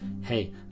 hey